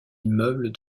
immeubles